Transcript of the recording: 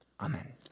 Amen